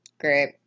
Great